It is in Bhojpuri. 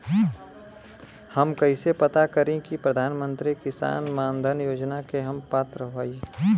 हम कइसे पता करी कि प्रधान मंत्री किसान मानधन योजना के हम पात्र हई?